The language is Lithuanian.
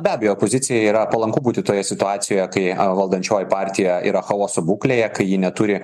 be abejo opozicija yra palanku būti toje situacijoje kai valdančioji partija yra chaoso būklėje kai ji neturi